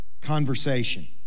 conversation